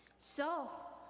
so,